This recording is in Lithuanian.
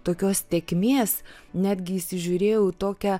tokios tėkmės netgi įsižiūrėjau tokią